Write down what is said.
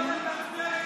להצביע.